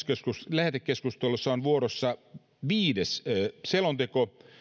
lähetekeskustelussa on vuorossa viides selonteko